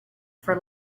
for